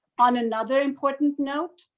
on another important note,